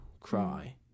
cry